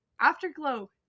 Afterglow